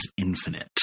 Infinite